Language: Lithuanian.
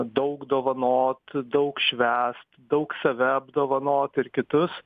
daug dovanot daug švęst daug save apdovanot ir kitus